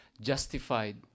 justified